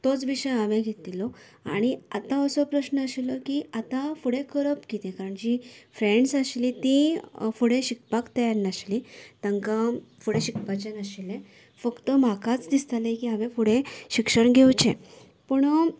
तोच विशय हांवेन घेतिल्लो आनी आतां असो प्रस्न आशिल्लो की आता फुडें करप कितें कारण जी फ्रेंन्डस आशिल्ली ती फुडें शिकपाक तयार नाशिल्ली तांकां फुडें शिकपाचे नाशिल्ले फक्त म्हाकाच दिसतालें की हांवेन फुडें शिक्षण घेवचें पूणून